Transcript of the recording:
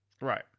Right